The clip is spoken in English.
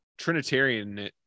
Trinitarian